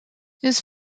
his